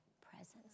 presence